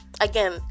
Again